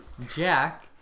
Jack